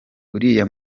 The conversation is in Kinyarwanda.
uriya